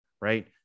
right